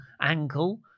ankle